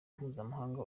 mpuzamahanga